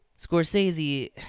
Scorsese